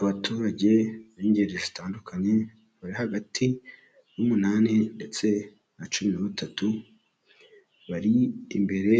Abaturage b'ingeri zitandukanye, bari hagati y'umunani ndetse na cumi na batatu bari imbere,